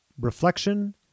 reflection